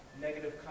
negative